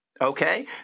Okay